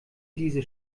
diese